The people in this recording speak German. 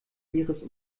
ihres